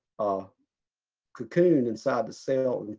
ah cocoon inside the cell.